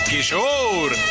Kishore